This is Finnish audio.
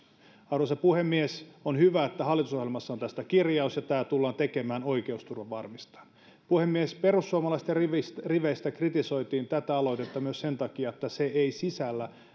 arvoisa puhemies on hyvä että hallitusohjelmassa on tästä kirjaus ja tämä tullaan tekemään oikeusturva varmistaen puhemies perussuomalaisten riveistä riveistä kritisoitiin tätä aloitetta myös sen takia että se ei sisällä